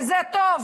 זה טוב,